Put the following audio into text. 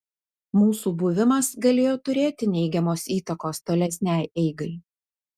mūsų buvimas galėjo turėti neigiamos įtakos tolesnei eigai